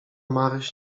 maryś